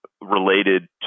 related